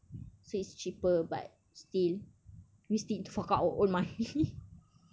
so it's cheaper but still we still need to fork out our own money